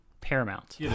Paramount